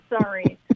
sorry